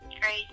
Great